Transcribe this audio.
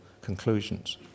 conclusions